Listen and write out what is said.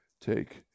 Take